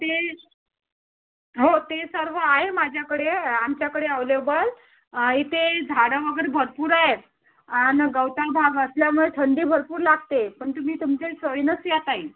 ते हो ते सर्व आहे माझ्याकडे आमच्याकडे अव्हेलेबल इथे झाडं वगैरे भरपूर आहेत आणि गवताळ भाग असल्यामुळे थंडी भरपूर लागते पण तुम्ही तुमच्या सोयीनंच या ताई